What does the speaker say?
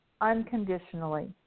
unconditionally